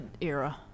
era